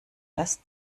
das